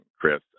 Chris